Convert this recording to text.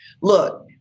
Look